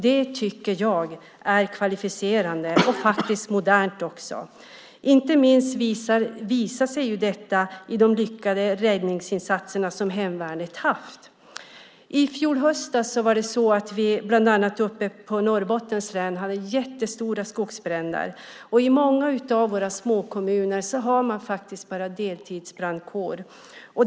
Det tycker jag är kvalificerande och faktiskt också modernt. Inte minst visar sig detta i de lyckade räddningsinsatser som hemvärnet har gjort. I fjol höstas hade vi bland annat uppe i Norrbottens län jättestora skogsbränder. I många av våra småkommuner har man bara deltidsbrandkår.